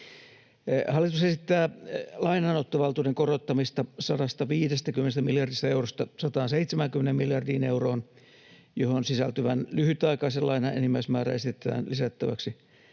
Hallitus esittää lainanottovaltuuden korottamista 150 miljardista eurosta 170 miljardiin euroon, johon sisältyvän lyhytaikaisen lainan enimmäismäärä esitetään lisättäväksi